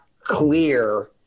clear